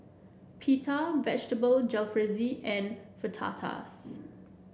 Pita Vegetable Jalfrezi and Fajitas